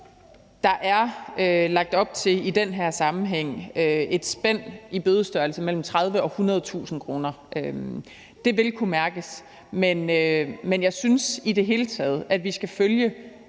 Der er lagt op til i den her sammenhæng et spænd i bødestørrelse mellem 30.000 kr. og 100.000 kr. Det vil kunne mærkes. Men jeg synes i det hele taget, vi skal følge